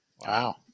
Wow